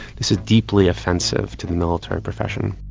this is deeply offensive to the military profession.